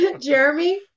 Jeremy